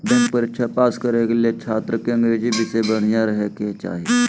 bank परीक्षा pass करे ले छात्र के अंग्रेजी विषय बढ़िया रहे के चाही